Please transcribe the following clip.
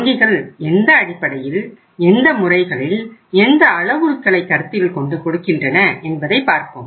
வங்கிகள் எந்த அடிப்படையில் எந்த முறைகளில் எந்த அளவுருக்களை கருத்தில் கொண்டு கொடுக்கின்றன என்பதை பார்ப்போம்